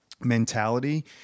mentality